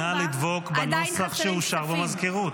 נא לדבוק בנוסח שאושר במזכירות.